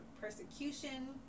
persecution